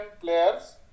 players